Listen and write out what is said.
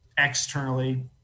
externally